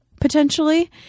potentially